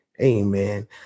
Amen